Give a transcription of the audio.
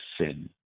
sin